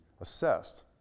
assessed